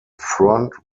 front